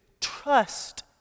trust